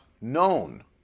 known